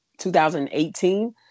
2018